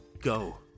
go